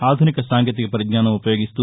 ఆధునిక సాంకేతిక పరిజ్ఞానం ఉపయోగిస్తూ